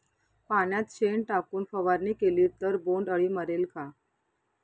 पाण्यात शेण टाकून फवारणी केली तर बोंडअळी मरेल का?